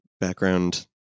background